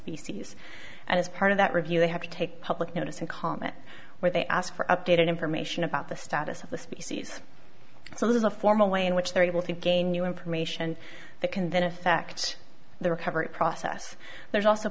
species and as part of that review they have to take public notice and comment where they ask for updated information about the status of the species so that is a formal way in which they're able to gain new information that can then affect the recovery process there's also